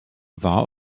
war